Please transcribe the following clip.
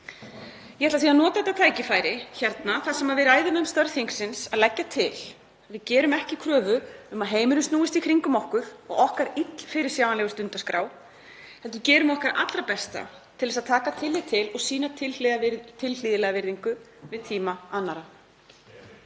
Ég ætla því að nota þetta tækifæri, þegar við ræðum um störf þingsins, og leggja til að við gerum ekki kröfu um að heimurinn snúist í kringum okkur og okkar illfyrirsjáanlegu stundaskrá heldur gerum okkar allra besta til að taka tillit til og sýna tilhlýðilega virðingu gagnvart tíma annarra.